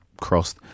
Cross